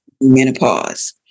Menopause